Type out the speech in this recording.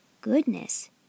Goodness